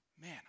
man